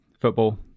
football